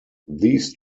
these